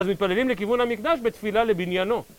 אז מתפללים לכיוון המקדש בתפילה לבניינו